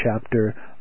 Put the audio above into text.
chapter